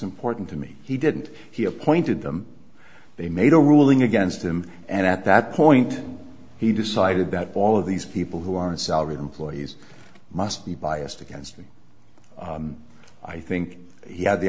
important to me he didn't he appointed them they made a ruling against him and at that point he decided that all of these people who aren't salaried employees must be biased against him i think he had the